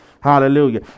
Hallelujah